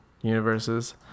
Universes